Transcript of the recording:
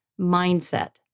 mindset